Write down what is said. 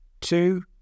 two